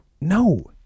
No